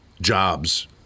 jobs